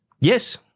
Yes